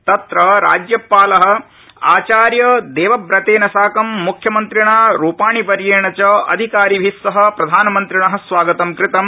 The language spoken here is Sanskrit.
तत्र राज्यपाल आचार्य देवव्रतेन साकं मुख्यमंत्रिणा रूपाणीवर्येण च अधिकारिभि सह प्रधानमन्त्रिण स्वागतं कृतम्